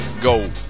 Go